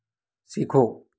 सीखो